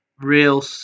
real